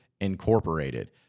Incorporated